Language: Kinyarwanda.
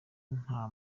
nta